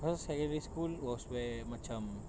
cause secondary school was where macam